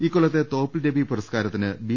ഇക്കൊല്ലത്തെ തോപ്പിൽരവി പുരസ്കാരത്തിന് ബി